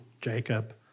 Jacob